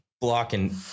blocking